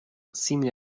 simile